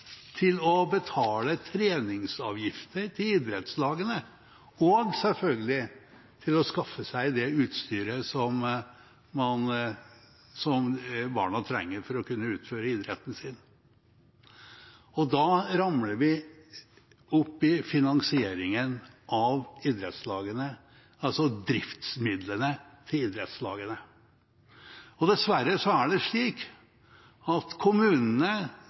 å betale treningsavgifter til idrettslagene, og selvfølgelig i å skaffe seg det utstyret barna trenger for å kunne utføre idretten sin. Da ramler vi opp i finansieringen av idrettslagene, altså driftsmidlene til idrettslagene. Dessverre er det slik at kommunene